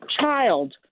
child